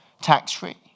tax-free